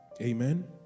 Amen